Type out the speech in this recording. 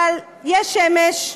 אבל יש שמש,